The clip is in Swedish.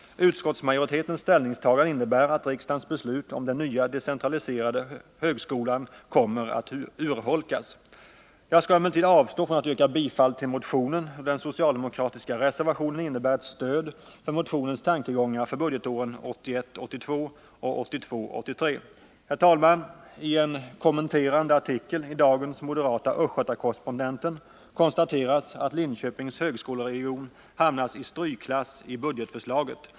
Utskottsmajoritetens ställningstagande innebär att riksdagens beslut om den nya decentraliserade högskolan kommer att urholkas. Jag skall emellertid avstå från att yrka bifall till motionen, då den socialdemokratiska reservationen innebär ett stöd för motionens tankegångar för budgetåren 1981 83. Herr talman! I en kommenterande artikel i dagens nummer av moderata Östgöta Correspondenten konstateras att Linköpings högskoleregion hamnat i strykklass i budgetförslaget.